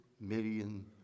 million